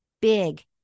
big